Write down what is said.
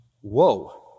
whoa